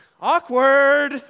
Awkward